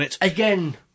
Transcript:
Again